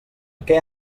què